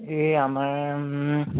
এই আমাৰ